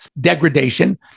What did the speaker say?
degradation